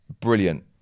brilliant